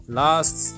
last